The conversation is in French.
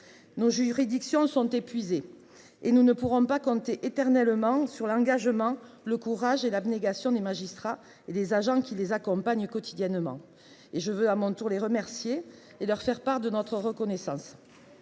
Nos juridictions sont épuisées. Nous ne pourrons compter éternellement sur l'engagement, le courage et l'abnégation des magistrats et des agents qui les secondent au quotidien- je veux les remercier et leur faire part de notre reconnaissance.